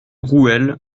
rouelle